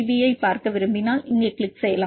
பியைப் பார்க்க விரும்பினால் இங்கே கிளிக் செய்யலாம்